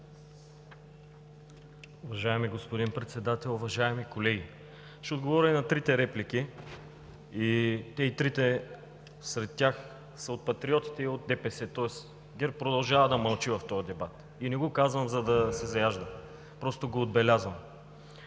Уважаеми господин Председател, уважаеми колеги! Ще отговоря и на трите реплики. Те и трите са от Патриотите и от ДПС, тоест ГЕРБ продължава да мълчи в този дебат. Не го казвам, за да се заяждам, просто го отбелязвам.